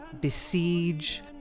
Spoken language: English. besiege